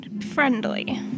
friendly